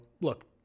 look